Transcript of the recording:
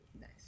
Nice